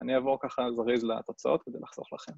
אני אעבור ככה, זריז לתוצאות כדי לחסוך לכם.